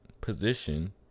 position